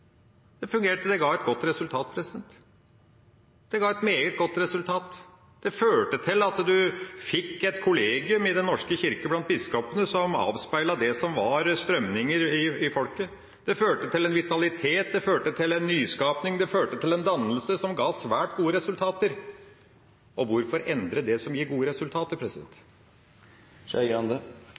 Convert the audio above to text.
Det fungerte, det ga et godt resultat – det ga et meget godt resultat – det førte til at en fikk et kollegium blant biskopene i Den norske kirke som avspeilet det som var strømninger i folket, det førte til en vitalitet, det førte til en nyskaping, det førte til en dannelse som ga svært gode resultater. Og hvorfor endre det som gir gode resultater?